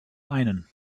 einen